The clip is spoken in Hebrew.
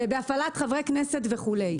בהפעלת חברי כנסת וכולי.